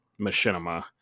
Machinima